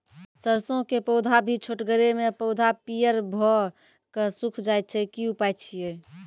सरसों के पौधा भी छोटगरे मे पौधा पीयर भो कऽ सूख जाय छै, की उपाय छियै?